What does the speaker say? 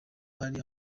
hari